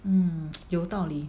mm 有道理